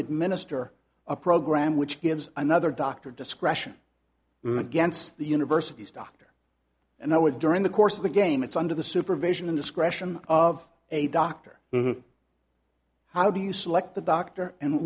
administer a program which gives another doctor discretion against the university's doctor and that with during the course of the game it's under the supervision discretion of a doctor how do you select the doctor and